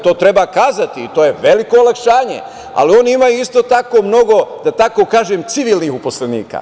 To treba kazati, i to je veliko olakšanje, ali oni imaju isto tako mnogo, da tako kažem, civilnih službenika.